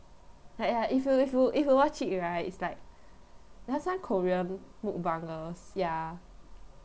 like ya if you if you if you watch it right it's like there are some korean mukbangers ya